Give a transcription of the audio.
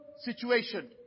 situation